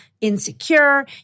insecure